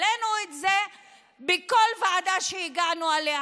העלינו את זה בכל ועדה שהגענו אליה,